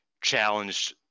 challenged